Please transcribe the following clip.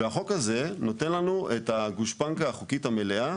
והחוק הזה נותן לנו את הגושפנקא החוקית המלאה